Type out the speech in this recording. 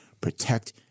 protect